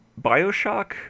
Bioshock